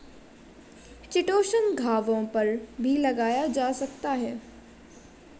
chitosan घावों पर भी लगाया जा सकता है